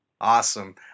Awesome